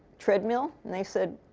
treadmill? and they said,